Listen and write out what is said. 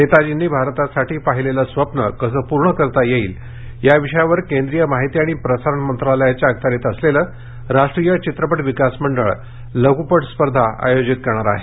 नेताजींनी भारतासाठी पाहिलेलं स्वप्न कसं पूर्ण करता येईल या विषयावरकेंद्रीय माहिती आणि प्रसारण मंत्रालयाच्या अखत्यारीत असलेलं राष्ट्रीय चित्रपटविकास मंडळ लघूपट स्पर्धा आयोजित करणार आहे